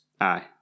Aye